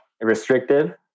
restrictive